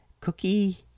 cookie